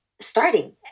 starting